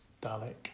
Dalek